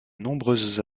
nombreuses